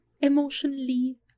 emotionally